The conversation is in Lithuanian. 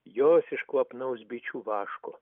jos iš kvapnaus bičių vaško